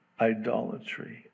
idolatry